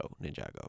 Ninjago